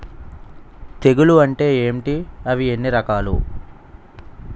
తెగులు అంటే ఏంటి అవి ఎన్ని రకాలు?